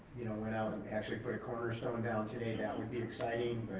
you know, went out and actually put a cornerstone down today, that would be exciting